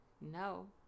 No